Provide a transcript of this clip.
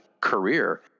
career